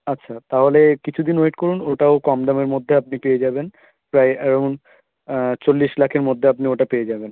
আচ্ছা তাহলে কিছু দিন ওয়েট করুন ওটাও কম দামের মধ্যে আপনি পেয়ে যাবেন প্রায় অ্যারাউণ্ড চল্লিশ লাখের মধ্যে আপনি ওটা পেয়ে যাবেন